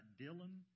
Dylan